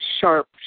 sharp